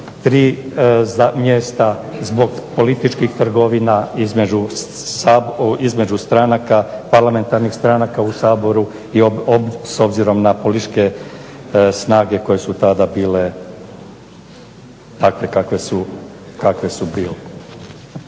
3 mjesta zbog političkih trgovina između stranaka, parlamentarnih stranaka u Saboru s obzirom na političke snage koje su tada bile takve kakve su bile.